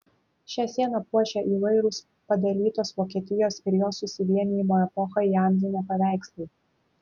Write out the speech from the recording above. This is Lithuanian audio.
šią sieną puošia įvairūs padalytos vokietijos ir jos susivienijimo epochą įamžinę paveikslai